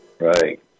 Right